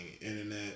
internet